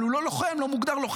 אבל הוא לא מוגדר לוחם,